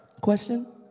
Question